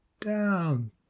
down